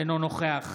אינו נוכח